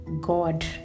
God